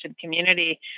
community